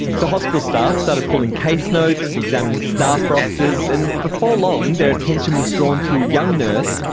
so hospital staff started pulling case notes and examining staff rosters, and before long their attention was drawn to a young nurse,